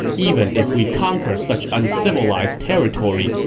even if we conquer such uncivilized territory,